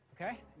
okay